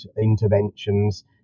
interventions